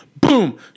boom